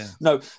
No